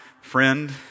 friend